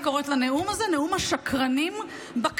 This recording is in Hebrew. אני קוראת לנאום הזה: נאום השקרנים בכנסת.